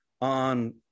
on